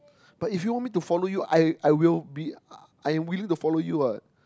but if you want me to follow you I I will be I'm willing to follow you what